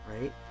right